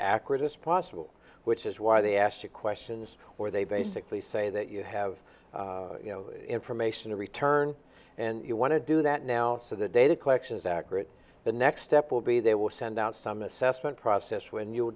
accurate as possible which is why they ask you questions where they basically say that you have information to return and you want to do that now so the data collection is accurate the next step will be they will send out some assessment process when you were